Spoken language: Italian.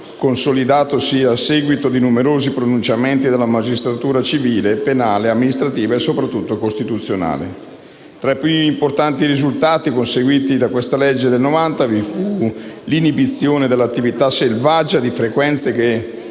consolidatosi a seguito di numerosi pronunciamenti della magistratura civile, penale, amministrativa e soprattutto costituzionale. Tra i più importanti risultati conseguiti dalla legge n. 223 del 1990 vi fu l'inibizione dell'attivazione selvaggia di frequenze, che